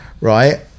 right